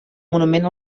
monument